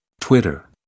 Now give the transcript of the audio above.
Twitter